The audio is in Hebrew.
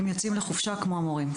הם יוצאים לחופשה כמו המורים.